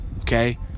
Okay